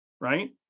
right